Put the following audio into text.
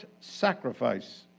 sacrifice